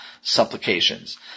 supplications